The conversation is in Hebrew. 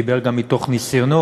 דיבר גם מתוך ניסיונו